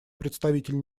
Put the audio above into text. представитель